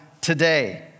today